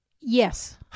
Yes